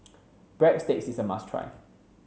Breadsticks is a must try